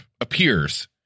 appears